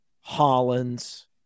Hollins